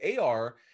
AR